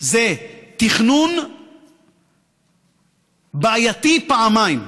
תכנון בעייתי, פעמיים: